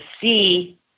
see